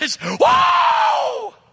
Whoa